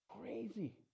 Crazy